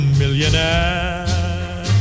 millionaire